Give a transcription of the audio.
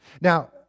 Now